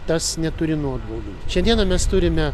tas neturi nuobaudų šiandieną mes turime